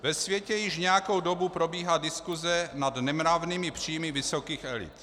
Ve světě již nějakou dobu probíhá diskuse nad nemravnými příjmy vysokých elit.